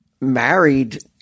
Married